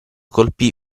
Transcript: colpì